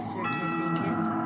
Certificate